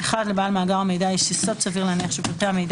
לבעל מאגר המידע יש יסוד סביר להניח שפרטי המידע